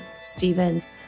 Stevens